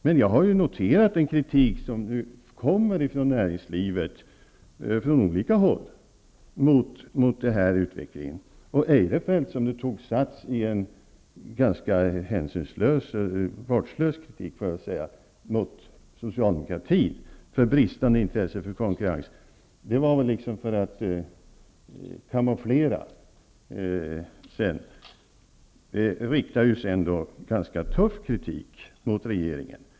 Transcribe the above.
Men jag har ju noterat den kritik som nu kommer från näringslivet, från olika håll, mot den här utvecklingen. När Christer Eirefelt nu tog sats i en ganska vårdslös kritik, får jag väl säga, mot socialdemokratin för bristande intresse för konkurrens, var det väl för att kamouflera vad som skulle komma. Han riktade ju sedan ganska tuff kritik mot regeringen.